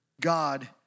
God